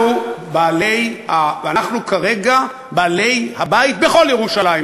אנחנו כרגע בעלי הבית בכל ירושלים,